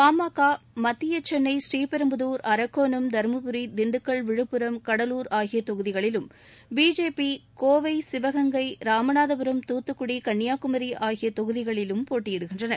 பாமக மத்திய சென்னை பழீபெரும்புதார் அரக்கோணம் தர்மபுரி திண்டுக்கல் விழுப்புரம் கடலூர் ஆகிய தொகுதிகளிலும் பிஜேபி கோவை சிவகங்கை ராமநாதபுரம் தூத்துக்குடி கன்னியாகுமரி ஆகிய தொகுதிகளிலும் போட்டயிடுகின்றன